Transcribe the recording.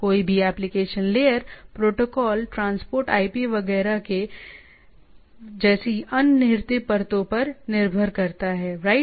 कोई भी application layer protocol transport IP वगैरह जैसी अंतर्निहित परतों पर निर्भर करता है राइट